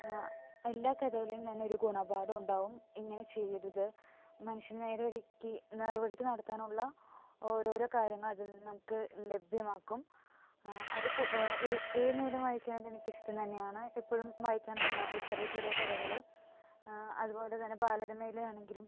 എല്ലാ കഥകളേന്തന്നെ ഒരു ഗുണപാഠവുണ്ടാകും ഇങ്ങനെ ചെയ്യരുത് മനുഷ്യനെ നേരെ വഴിക്ക് നേര്വഴിക്ക് നടത്താനുള്ള ഓരോരോ കാര്യങ്ങളതില് നിന്ന് നമുക്ക് ലഭ്യമാക്കും അത് ഏത് നേരവും വായിക്കുന്നതെനിക്കിഷ്ടം തന്നെയാണ് എപ്പോഴും വായിക്കാന് തോന്നാറുണ്ട് ചെറിയ ചെറിയ കഥകള് അതുപോലെതന്നെ ബാലരമയിലെ ആണെങ്കിലും